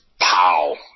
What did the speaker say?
pow